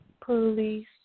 police